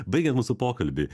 baigiant mūsų pokalbį